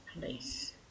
police